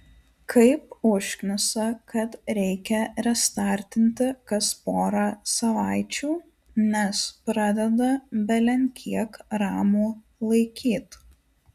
kaip užknisa kad reikia restartinti kas porą savaičių nes pradeda belenkiek ramų laikyt